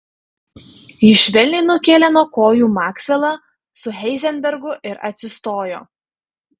jis švelniai nukėlė nuo kojų maksvelą su heizenbergu ir atsistojo